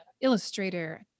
illustrator